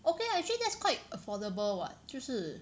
okay lah actually that's quite affordable [what] 就是